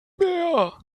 mehr